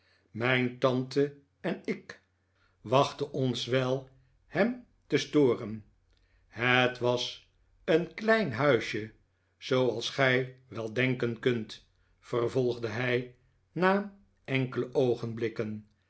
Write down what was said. mijn tante en ik wachtten ons wel hem te storen het was een klein huisje zooals gij wel denken kunt vervolgde hij na enkele oogenblikkeh